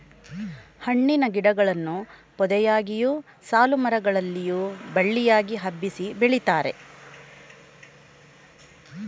ಹಣ್ಣಿನ ಗಿಡಗಳನ್ನು ಪೊದೆಯಾಗಿಯು, ಸಾಲುಮರ ಗಳಲ್ಲಿಯೂ ಬಳ್ಳಿಯಾಗಿ ಹಬ್ಬಿಸಿ ಬೆಳಿತಾರೆ